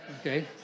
okay